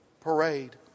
parade